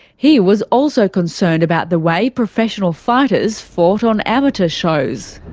he was also concerned about the way professional fighters fought on amateur shows.